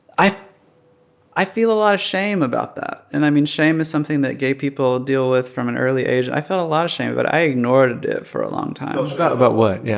i i feel a lot of shame about that. and i mean, shame is something that gay people deal with from an early age. and i felt a lot of shame, but i ignored it for a long time about about what? yeah